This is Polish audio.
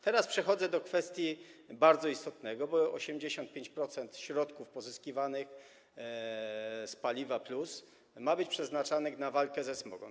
Teraz przechodzę do kwestii bardzo istotnej, bo 85% środków pozyskiwanych z paliwa+ ma być przeznaczanych na walkę ze smogiem.